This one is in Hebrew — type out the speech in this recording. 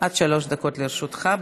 עד שלוש דקות לרשותך.